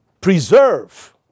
preserve